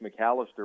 McAllister